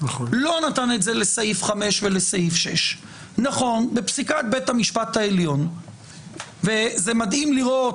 לא נתן את זה לסעיף 5 ולסעיף 6. וזה מדהים לראות